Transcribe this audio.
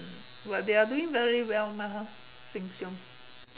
but they are doing very well mah [huh] Shieng-Siong